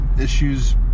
issues